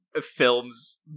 films